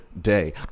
day